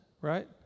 right